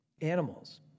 animals